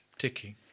ticking